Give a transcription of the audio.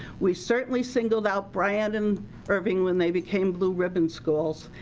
we certainly singled out bryant and irving when they became blue ribbon schools.